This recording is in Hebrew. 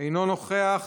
אינו נוכח.